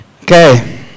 Okay